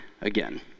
again